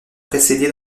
précédée